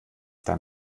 dann